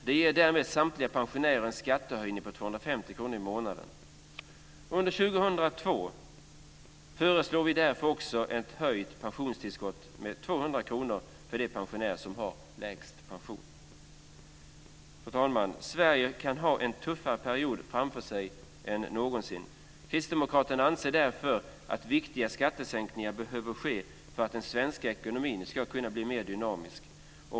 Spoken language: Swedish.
Det ger därmed samtliga pensionärer en skattesänkning på 250 kr i månaden. Under år 2002 föreslår vi därför också ett höjt pensionstillskott med 200 kr för de pensionärer som har lägst pension. Fru talman! Sverige kan ha en tuffare period framför sig än någonsin landet någonsin haft. Kristdemokraterna anser därför att viktiga skattesänkningar behöver ske för att den svenska ekonomin ska kunna bli mer dynamisk.